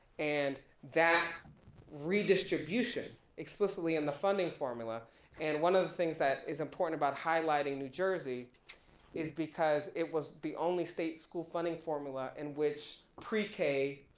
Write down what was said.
and that redistribution explicitly in the funding formula and one of the things that is important about highlighting new jersey is because it was the only state school funding formula in which pre-k